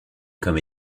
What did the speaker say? comme